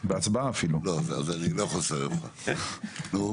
ברמה הארצית מעולם לא היה מצב בה המיעוט שולט ברוב.